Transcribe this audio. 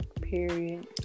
Period